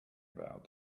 about